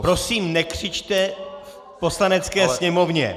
Prosím, nekřičte v Poslanecké sněmovně.